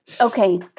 Okay